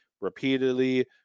repeatedly